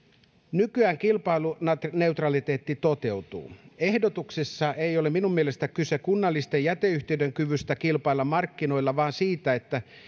nykyään kilpailuneutraliteetti toteutuu ehdotuksessa ei ole minun mielestäni kyse kunnallisten jäteyhtiöiden kyvystä kilpailla markkinoilla vaan siitä että